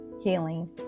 healing